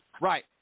right